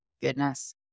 Goodness